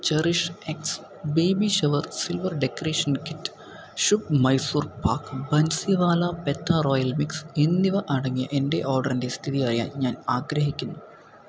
cherish X baby shower silver decoration kit Shubh Mysore pak Bansiwala petha royal mix എന്നിവ അടങ്ങിയ എന്റെ ഓർഡറിന്റെ സ്ഥിതി അറിയാൻ ഞാൻ ആഗ്രഹിക്കുന്നു